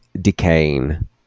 decaying